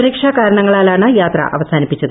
സുരക്ഷാകാരണങ്ങളാലാണ് യാത്ര അവസാനിപ്പിച്ചത്